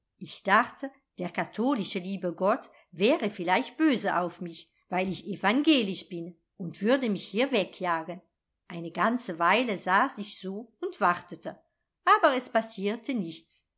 ich dachte der katholische liebe gott wäre vielleicht böse auf mich weil ich evangelisch bin und würde mich hier wegjagen eine ganze weile saß ich so und wartete aber es passierte nichts